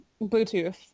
Bluetooth